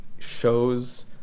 shows